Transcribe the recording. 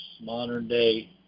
modern-day